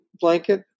Blanket